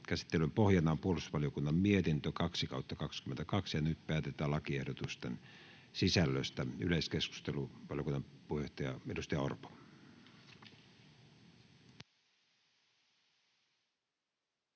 Käsittelyn pohjana on puolustusvaliokunnan mietintö PuVM 2/2022 vp. Nyt päätetään lakiehdotusten sisällöstä. — Yleiskeskustelu, valiokunnan puheenjohtaja, edustaja Orpo.